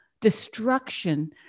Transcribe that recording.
destruction